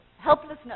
helplessness